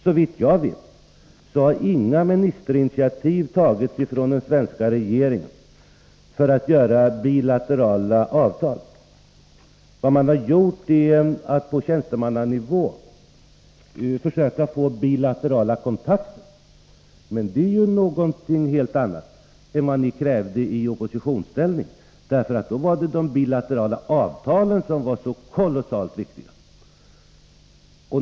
Såvitt jag vet har inga ministerinitiativ tagits från den svenska regeringen för att sluta bilaterala avtal. Vad man har gjort är att på tjänstemannanivå försöka få bilaterala kontakter, men det är någonting helt annat än det ni krävde i oppositionsställning. Då var det de bilaterala avtalen som var så kolossalt viktiga.